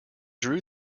drew